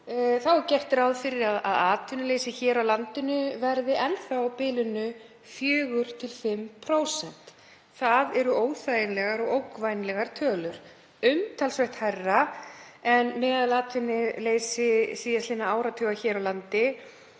er gert ráð fyrir að atvinnuleysi hér á landi verði enn á bilinu 4–5%. Það eru óþægilegar og ógnvænlegar tölur, umtalsvert hærri en meðalatvinnuleysi síðastliðinna áratuga hér á landi